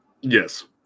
Yes